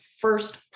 first